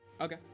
okay